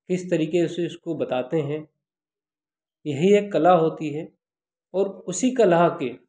इस तरीक़े से उसको बताते हैं यही एक कला होती है और उसी कला के